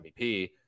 MVP